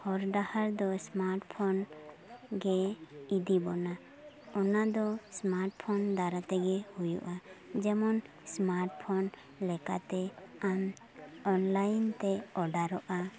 ᱦᱚᱨ ᱰᱟᱦᱟᱨ ᱫᱚ ᱥᱢᱟᱴᱯᱷᱳᱱ ᱜᱮ ᱤᱫᱤᱵᱚᱱᱟ ᱚᱱᱟ ᱫᱚ ᱥᱢᱟᱴᱯᱷᱳᱱ ᱫᱟᱨᱟᱛᱮᱜᱮ ᱦᱩᱭᱩᱜᱼᱟ ᱡᱮᱢᱚᱱ ᱥᱢᱟᱴᱯᱷᱳᱱ ᱞᱮᱠᱟᱛᱮ ᱟᱢ ᱚᱱᱞᱟᱭᱤᱱ ᱛᱮ ᱚᱰᱟᱨᱚᱜᱼᱟ